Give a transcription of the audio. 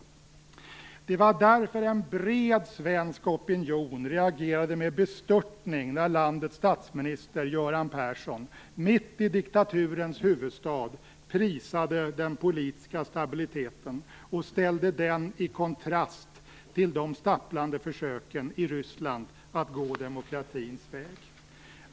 Det var därför som en bred svensk opinion reagerade med bestörtning när landets statsminister Göran Persson mitt i diktaturens huvudstad prisade den politiska stabiliteten och ställde den i kontrast till de stapplande försöken i Ryssland att gå demokratins väg.